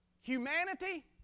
Humanity